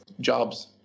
jobs